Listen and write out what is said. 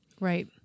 Right